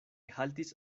haltis